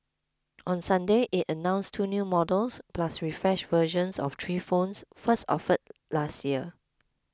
on Sunday it announced two new models plus refreshed versions of three phones first offered last year